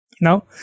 Now